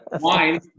Wine